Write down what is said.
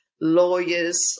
lawyers